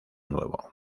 nuevo